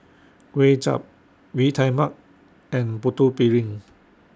Kuay Chap ree Tai Mak and Putu Piring